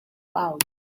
out